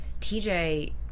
TJ